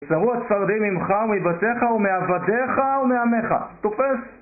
וסרו הצפרדעים ממך ומבתיך ומעבדיך ומעמך. תופס!